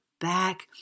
back